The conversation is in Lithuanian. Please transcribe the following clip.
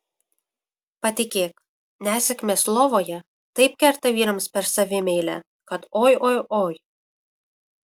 patikėk nesėkmės lovoje taip kerta vyrams per savimeilę kad oi oi oi